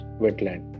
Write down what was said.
wetland